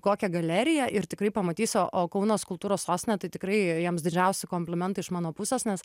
kokią galeriją ir tikrai pamatysi o kaunas kultūros sostinė tai tikrai jiems didžiausi komplimentai iš mano pusės nes